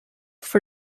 for